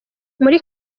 muri